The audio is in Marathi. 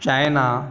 चायना